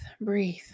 breathe